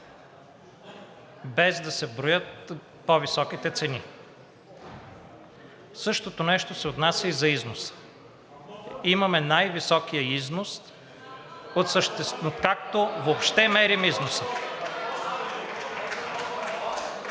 Без да се броят по-високите цени. Същото нещо се отнася и за износа. Имаме най-високия износ, откакто въобще мерим износа.